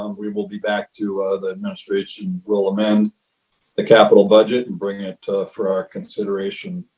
um we will be back to the administration will amend the capital budget and bring it for our consideration,